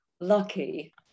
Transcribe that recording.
lucky